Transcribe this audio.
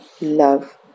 love